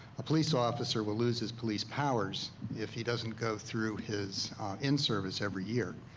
a police officer will lose his police powers if he doesn't go through his in service every year.